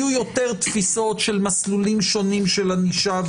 יהיו יותר תפיסות של מסלולים שונים של ענישה,